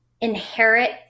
inherit